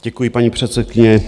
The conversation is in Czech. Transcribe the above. Děkuji, paní předsedkyně.